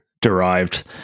derived